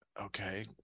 okay